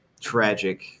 tragic